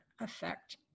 effect